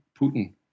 Putin